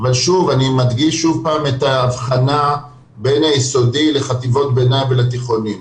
אני מדגיש שוב פעם את ההבחנה בין היסודי לחטיבות ביניים ולתיכונים.